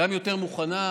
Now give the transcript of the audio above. גם יותר מוכנה,